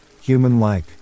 human-like